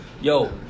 Yo